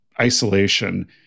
Isolation